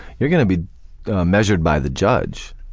you're gonna be measured by the judge.